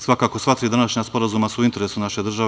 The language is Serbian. Svakako, sva tri današnja sporazuma su u interesu naše države.